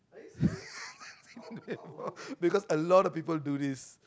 no because a lot of people do this